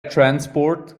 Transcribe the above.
transport